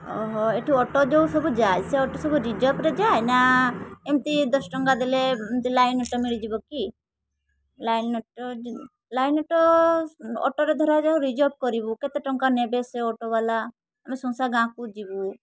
ଅହ ଏଇଠୁ ଅଟୋ ଯେଉଁ ସବୁ ଯାଏ ସେ ଅଟୋ ସବୁ ରିଜର୍ଭ୍ରେ ଯାଏ ନା ଏମିତି ଦଶ ଟଙ୍କା ଦେଲେ ଏମିତି ଲାଇନ୍ ଅଟୋ ମିଳିଯିବକି ଲାଇନ୍ ଅଟୋ ଲାଇନ୍ ଅଟୋ ଅଟୋରେ ଧରାଯାଉ ରିଜର୍ଭ୍ କରିବୁ କେତେ ଟଙ୍କା ନେବେ ସେ ଅଟୋ ବାଲା ଆମେ ସଂସାର ଗାଁକୁ ଯିବୁ